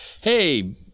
hey